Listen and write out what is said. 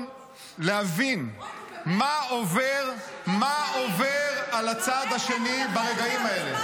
להבין מה עובר על הצד השני ברגעים האלה.